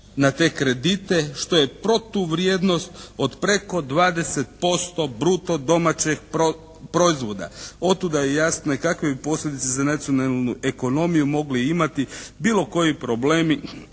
na te kredite, što je protuvrijednost od preko 20% bruto domaćeg proizvoda. Otuda je jasno i kakve bi posljedice za nacionalnu ekonomiju mogli imati bilo koji problemi